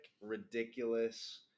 ridiculous